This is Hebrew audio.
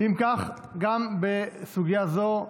אם כך, גם בסוגיה זו,